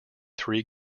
three